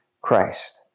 Christ